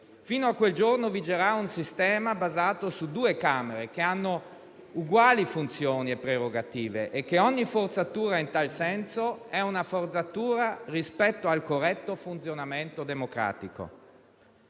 Fino a quel giorno vigerà un sistema basato su due Camere che hanno uguali funzioni e prerogative e ogni forzatura in tal senso è una forzatura rispetto al corretto funzionamento democratico.